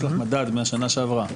יש לך מדד מהשנה שעברה,